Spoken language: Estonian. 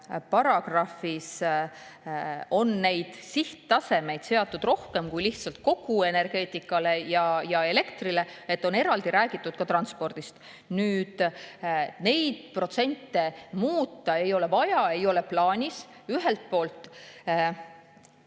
paragrahvis on neid sihttasemeid seatud rohkem kui lihtsalt kogu energeetikale ja elektrile, eraldi on räägitud ka transpordist. Neid protsente muuta ei ole vaja, seda ei ole plaanis. Ühelt poolt